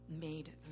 made